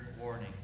warning